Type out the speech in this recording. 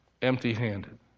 empty-handed